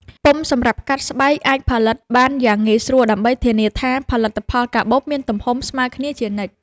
ពុម្ពសម្រាប់កាត់ស្បែកអាចផលិតបានយ៉ាងងាយស្រួលដើម្បីធានាថាផលិតផលកាបូបមានទំហំស្មើគ្នាជានិច្ច។